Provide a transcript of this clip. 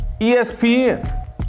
ESPN